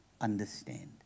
understand